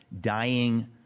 dying